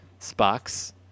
Spocks